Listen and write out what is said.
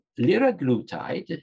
liraglutide